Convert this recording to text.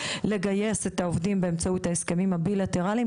לגייס את העובדים באמצעות ההסכמים הבילטרליים.